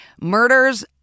Murders